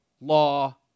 law